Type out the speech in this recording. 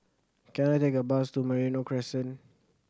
can I take a bus to Merino Crescent